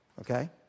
okay